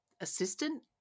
assistant